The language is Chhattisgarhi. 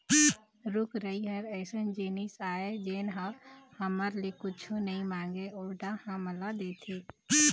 रूख राई ह अइसन जिनिस आय जेन ह हमर ले कुछु नइ मांगय उल्टा हमन ल देथे